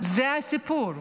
זה הסיפור,